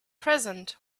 present